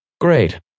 Great